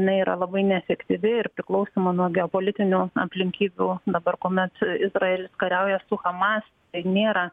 jinai yra labai neefektyvi ir priklausoma nuo geopolitinių aplinkybių dabar kuomet izraelis kariauja su hamas nėra